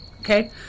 okay